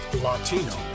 Latino